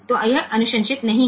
तो यह अनुशंसित नहीं है